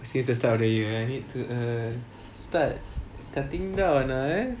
since the start of the year I need to err start cutting down ah eh